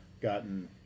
gotten